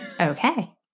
Okay